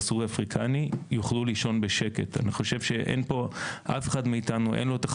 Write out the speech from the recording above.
לא יכול לעמוד בהוראות